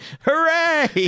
Hooray